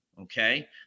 okay